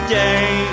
day